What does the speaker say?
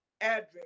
address